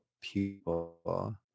people